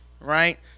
right